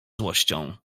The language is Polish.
złością